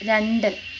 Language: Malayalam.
രണ്ട്